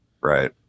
Right